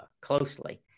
closely